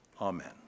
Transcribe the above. amen